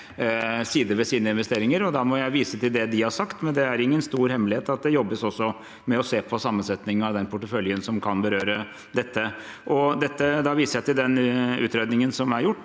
sider ved sine investeringer. Da må jeg vise til det de har sagt, men det er ingen stor hemmelighet at det også jobbes med å se på sammensetningen av den porteføljen som kan berøre dette. Da viser jeg til den utredningen som er gjort.